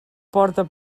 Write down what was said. porta